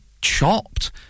chopped